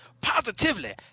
positively